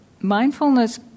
mindfulness